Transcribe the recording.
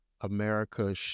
America